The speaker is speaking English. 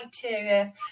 criteria